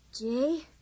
Jay